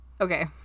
okay